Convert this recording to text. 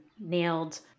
nailed